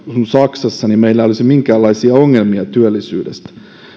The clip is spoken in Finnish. saksassa niin meillä ei olisi minkäänlaisia ongelmia työllisyydestä